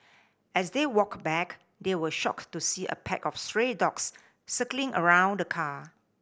as they walked back they were shocked to see a pack of stray dogs circling around the car